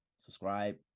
subscribe